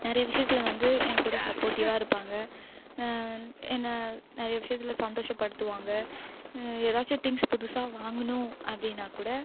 நிறைய விஷயத்துல வந்து ஏங்ககூட சப்போட்டிவ்வாக இருப்பாங்க என்ன நிறைய விஷயத்துல சந்தோஷப்படுத்துவாங்க ஏதாச்சும் திங்க்ஸ் புதுசாக வாங்கணும் அப்படினா கூட